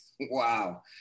wow